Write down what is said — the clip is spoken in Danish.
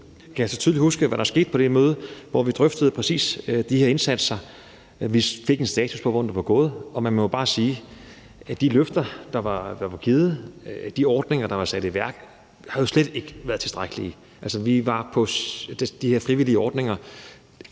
kan huske, hvad der skete på det møde, hvor vi drøftede præcis de her indsatser. Vi fik en status på, hvordan det var gået, og man må jo bare sige, at de løfter, der blev givet, og de ordninger, der var sat i værk, slet ikke har været tilstrækkelige. Vi er, når det drejer sig om de her